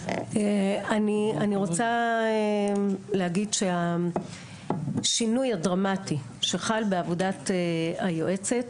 אני רוצה להגיד שהשינוי הדרמטי שחל בעבודת היועצת,